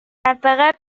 فقط